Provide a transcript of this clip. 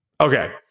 okay